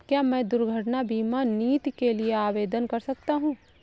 क्या मैं दुर्घटना बीमा नीति के लिए आवेदन कर सकता हूँ?